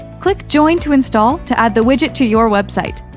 click join to install to add the widget to your website.